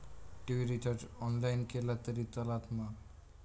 TV recharge online केला तरी चलात मा?